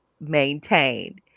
maintained